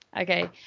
Okay